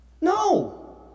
No